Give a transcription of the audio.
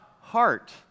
heart